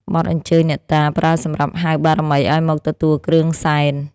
បទអញ្ជើញអ្នកតា ប្រើសម្រាប់ហៅបារមីឱ្យមកទទួលគ្រឿងសែន។